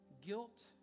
Guilt